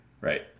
Right